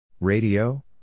Radio